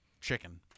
chicken